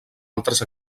altres